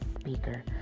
Speaker